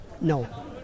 No